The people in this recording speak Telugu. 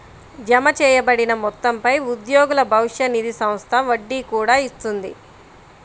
జమచేయబడిన మొత్తంపై ఉద్యోగుల భవిష్య నిధి సంస్థ వడ్డీ కూడా ఇస్తుంది